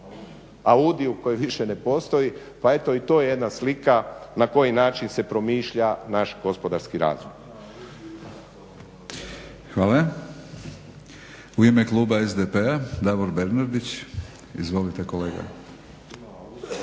AUDI-ju koji više ne postoji pa eto i to je jedna slika na koji način se promišlja naš gospodarski razvoj. **Batinić, Milorad (HNS)** Hvala. U ime Kluba SDP-a Davor Bernardić. Izvolite kolega.